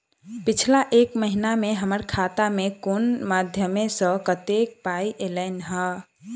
पिछला एक महीना मे हम्मर खाता मे कुन मध्यमे सऽ कत्तेक पाई ऐलई ह?